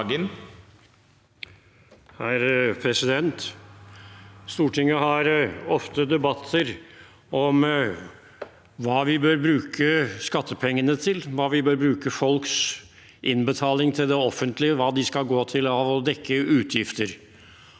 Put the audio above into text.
Stortinget har ofte debatter om hva vi bør bruke skattepengene til – hva vi bør bruke folks innbetaling til det offentlige til, hva de skal gå til